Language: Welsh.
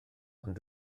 ond